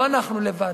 לא אנחנו לבד,